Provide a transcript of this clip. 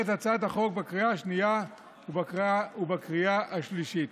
את הצעת החוק בקריאה השנייה ובקריאה השלישית.